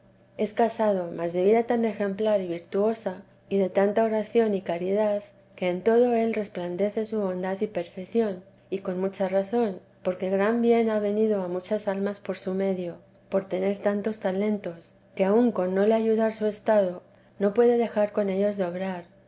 es casado mas de vida tan ejemplar y virtuosa y de tanta oración y caridad que en todo él resplandece su bondad y perfección y con mucha razón porque gran bien ha venido a muchas almas por su medio por tener tantos talentos que aun con no le ayudar su estado no puede dejar con ellos de obrar